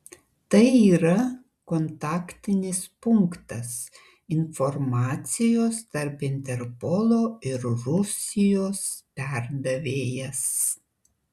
tai yra kontaktinis punktas informacijos tarp interpolo ir rusijos perdavėjas